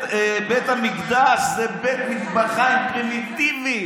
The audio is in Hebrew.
בית המקדש זה בית מטבחיים פרימיטיבי.